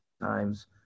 times